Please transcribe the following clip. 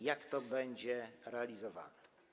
Jak to będzie realizowane?